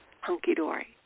hunky-dory